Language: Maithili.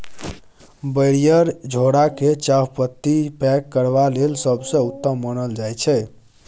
बैरिएर झोरा केँ चाहपत्ती पैक करबा लेल सबसँ उत्तम मानल जाइ छै